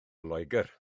loegr